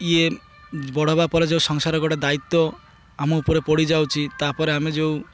ଇଏ ବଡ଼ ହେବା ପରେ ଯେଉଁ ସଂସାର ଗୋଟେ ଦାୟିତ୍ୱ ଆମ ଉପରେ ପଡ଼ିଯାଉଛି ତାପରେ ଆମେ ଯେଉଁ